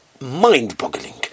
mind-boggling